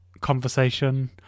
conversation